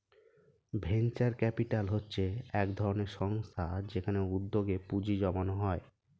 venture capital হচ্ছে একধরনের সংস্থা যেখানে উদ্যোগে পুঁজি জমানো হয়